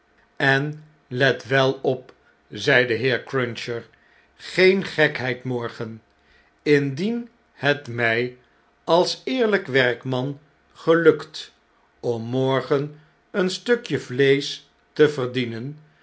en let wel op i zei de heer cruncher geen gekheid morgen indien het mn als eerhjk werkman gelukt om morgen een stukje vleesch te verdienen